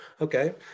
Okay